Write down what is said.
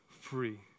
free